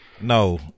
no